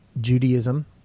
Judaism